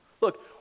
look